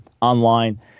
online